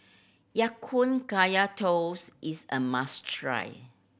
Ya Kun Kaya Toast is a must try